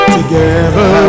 Together